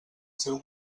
seu